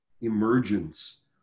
emergence